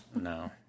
No